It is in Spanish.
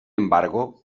embargo